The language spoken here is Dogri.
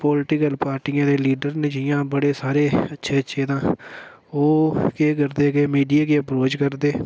पोल्टिकल पार्टियें दे लीडर न जियां बड़े सारे अच्छे अच्छे तां ओह् केह् करदे कि मीडिया गी अप्रोच करदे